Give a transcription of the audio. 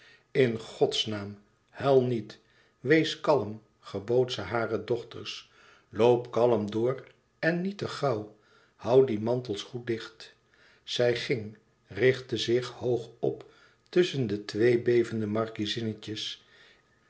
in gods naam huil niet wees kalm gebood ze hare dochters loop kalm door en niet te gauw hoû die mantels goed dicht zij ging richtte zich hoog op tusschen de twee bevende